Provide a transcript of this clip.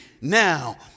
Now